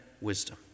wisdom